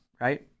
right